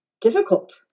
difficult